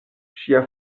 ŝia